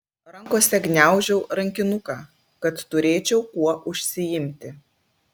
rankose gniaužau rankinuką kad turėčiau kuo užsiimti